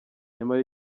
nyamara